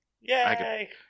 Yay